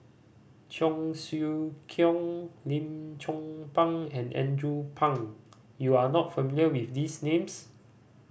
Cheong Siew Keong Lim Chong Pang and Andrew Phang you are not familiar with these names